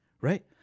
right